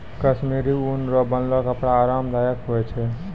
कश्मीरी ऊन रो बनलो कपड़ा आराम दायक हुवै छै